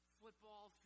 football